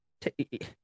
take